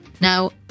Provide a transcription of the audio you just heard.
Now